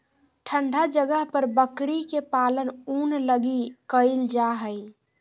ठन्डा जगह पर बकरी के पालन ऊन लगी कईल जा हइ